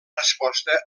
resposta